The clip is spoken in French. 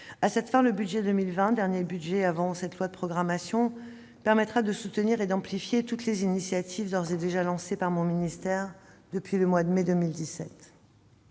À cette fin, le budget pour 2020, dernier budget avant cette loi de programmation, permettra de soutenir et d'amplifier toutes les initiatives d'ores et déjà lancées par mon ministère depuis le mois de mai 2017.